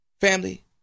family